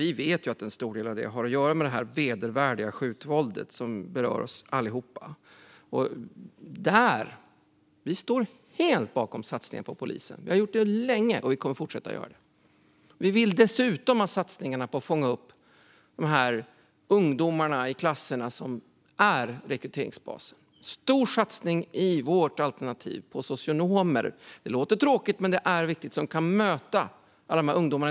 Vi vet att en stor del av det har att göra med det vedervärdiga skjutvåldet, som berör oss allihop. Vi står helt bakom satsningen på polisen. Det har vi gjort länge, och vi kommer att fortsätta göra det. Vi vill dessutom satsa på att fånga upp de ungdomar i klasserna som är rekryteringsbasen. Vi gör i vårt alternativ en stor satsning på socionomer - det låter tråkigt, men det är viktigt - som kan möta alla de ungdomarna.